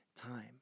time